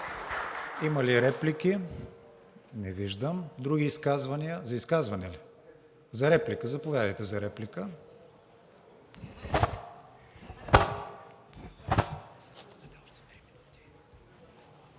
Има ли реплики? Не виждам. Други изказвания? За реплика ли? Заповядайте за реплика.